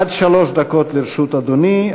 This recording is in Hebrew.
עד שלוש דקות לרשות אדוני,